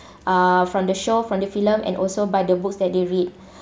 uh from the show from the film and also by the books that they read